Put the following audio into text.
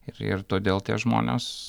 ir ir todėl tie žmonės